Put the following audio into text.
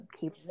keep